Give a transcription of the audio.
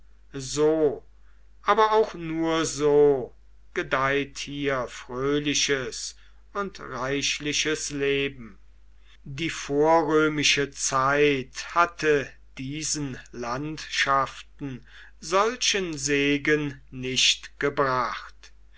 so aber auch nur so gedeiht hier fröhliches und reichliches leben die vorrömische zeit hatte diesen landschaften solchen segen nicht gebracht